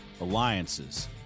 Alliances